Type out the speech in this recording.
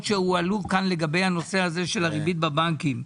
שהועלו כאן לגבי הנושא הזה של הריבית בבנקים,